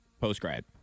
post-grad